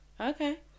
Okay